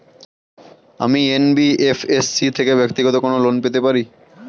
আমি কি এন.বি.এফ.এস.সি থেকে ব্যাক্তিগত কোনো লোন পেতে পারি?